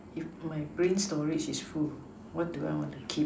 if my brain storage is full what do I want to keep